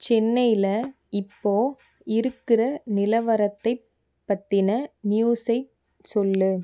சென்னையில இப்போ இருக்கிற நிலவரத்தைப் பற்றின நியூஸைச் சொல்